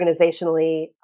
organizationally